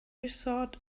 resort